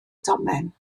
domen